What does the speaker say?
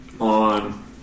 on